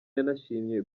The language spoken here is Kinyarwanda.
yanashimiye